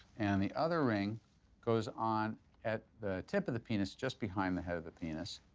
and the other ring goes on at the tip of the penis, just behind the head of the penis.